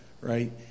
right